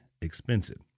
expensive